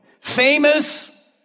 famous